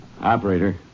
Operator